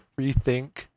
rethink